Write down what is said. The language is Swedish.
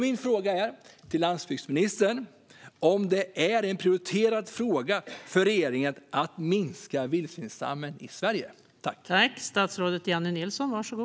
Min fråga till landsbygdsministern är om det är en prioriterad fråga för regeringen att minska vildsvinsstammen i Sverige.